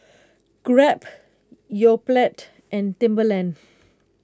Grab Yoplait and Timberland